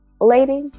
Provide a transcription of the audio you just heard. Lady